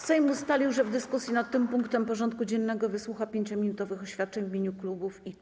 Sejm ustalił, że w dyskusji nad tym punktem porządku dziennego wysłucha 5-minutowych oświadczeń w imieniu klubów i kół.